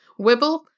Wibble